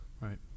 right